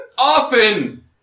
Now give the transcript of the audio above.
Often